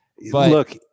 Look